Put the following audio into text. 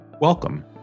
Welcome